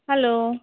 hello